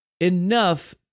enough